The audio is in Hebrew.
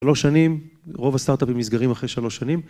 שלוש שנים, רוב הסטארט-אפים נסגרים אחרי שלוש שנים.